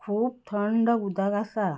खूब थंड उदक आसा